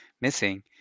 missing